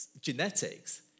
genetics